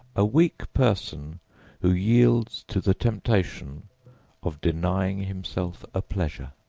a weak person who yields to the temptation of denying himself a pleasure.